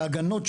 ההגנות,